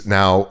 now